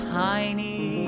tiny